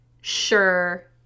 sure